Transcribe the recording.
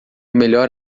melhor